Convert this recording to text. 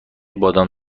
بادام